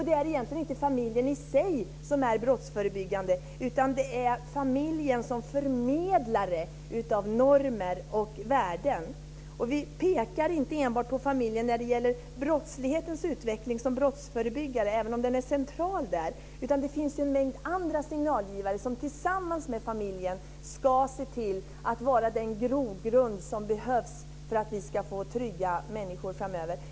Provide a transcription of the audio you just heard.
Det är egentligen inte familjen i sig som är brottsförebyggande, utan det är familjen som förmedlare av normer och värden som det handlar om. När det gäller brottslighetens utveckling pekar vi inte enbart på familjen som brottsförebyggare, även om familjen är central i det avseendet. Det finns ju en mängd andra signalgivare som tillsammans med familjen ska se till att vara den grogrund som behövs för att vi ska få trygga människor framöver.